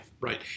right